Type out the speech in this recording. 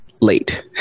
late